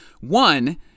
One